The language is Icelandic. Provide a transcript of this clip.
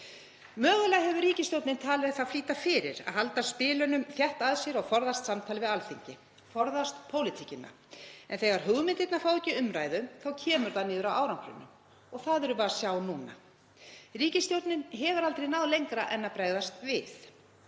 Mögulega hefur ríkisstjórnin talið flýta fyrir að halda spilunum þétt að sér og forðast samtal við Alþingi. Forðast pólitíkina. En þegar hugmyndirnar fá ekki umræðu kemur það niður á árangrinum. Og það erum við að sjá núna. Ríkisstjórnin hefur aldrei náð lengra en að bregðast við.